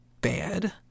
bad